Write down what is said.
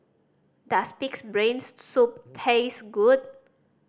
does Pig's Brain Soup taste good